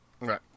Right